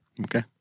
Okay